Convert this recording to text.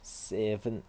seven